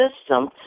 system